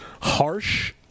harsh